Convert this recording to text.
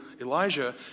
Elijah